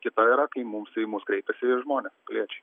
kita yra kai mums į mus kreipiasi žmonės piliečiai